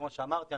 כמו שאמרתי,